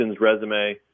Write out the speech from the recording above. resume